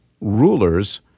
rulers—